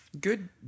Good